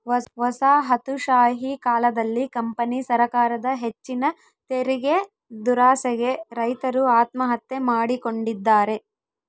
ವಸಾಹತುಶಾಹಿ ಕಾಲದಲ್ಲಿ ಕಂಪನಿ ಸರಕಾರದ ಹೆಚ್ಚಿನ ತೆರಿಗೆದುರಾಸೆಗೆ ರೈತರು ಆತ್ಮಹತ್ಯೆ ಮಾಡಿಕೊಂಡಿದ್ದಾರೆ